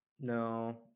No